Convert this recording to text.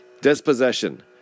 Dispossession